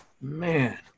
man